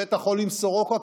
בבית החולים סורוקה,